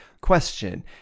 question